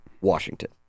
Washington